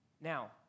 Now